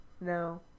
No